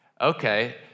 Okay